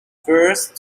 first